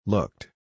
Looked